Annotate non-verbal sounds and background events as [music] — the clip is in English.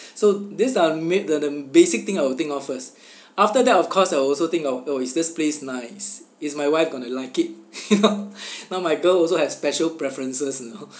[breath] so these are mai~ the the basic thing I would think of first [breath] after that of course I will also think of oh is this place nice is my wife gonna like it [laughs] you know now my girl also have special preferences you know [breath]